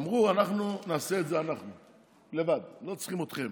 הם אמרו: אנחנו נעשה את זה לבד, לא צריכים אתכם.